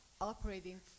operating